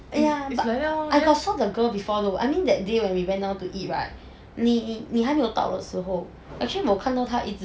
ya but I got so the girl before though I mean that day when we went down to eat [right] 你你还没有到的时候 actually 我看到他一直 like 要去跟轩子讲话